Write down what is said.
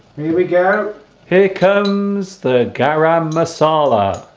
we we go here comes the garam masala